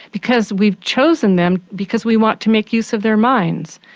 because we've chosen them because we want to make use of their minds.